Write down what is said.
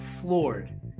floored